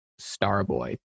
Starboy